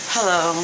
Hello